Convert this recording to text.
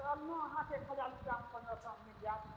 अलना अहाँकेँ एक हजार रुपैआमे पन्द्रह सएमे मिल जायत